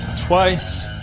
twice